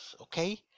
Okay